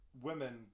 women